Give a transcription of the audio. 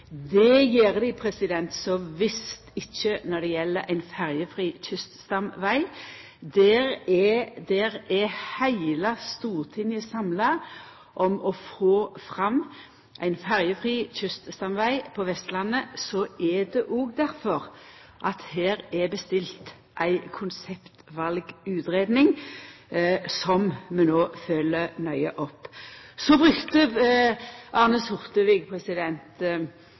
Det gjer dei så visst ikkje når det gjeld ein ferjefri kyststamveg. Der er heile Stortinget samla om å få fram ein ferjefri kyststamveg på Vestlandet. Difor er det bestilt ei konseptvalutgreiing, som vi no følgjer nøye opp. Så brukte Arne